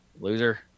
Loser